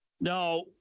Now